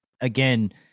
again